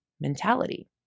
mentality